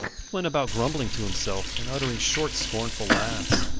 he went about grumbling to himself, and uttering short scornful laughs.